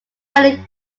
talon